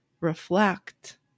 reflect